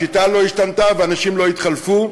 השיטה לא השתנתה והאנשים לא התחלפו,